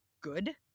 good